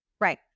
Right